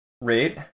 rate